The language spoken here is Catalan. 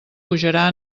pujarà